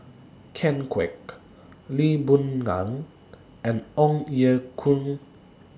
Ken Kwek Lee Boon Ngan and Ong Ye Kung